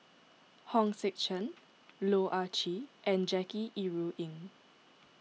Hong Sek Chern Loh Ah Chee and Jackie Yi Ru Ying